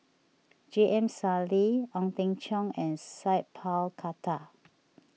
J M Sali Ong Teng Cheong and Sat Pal Khattar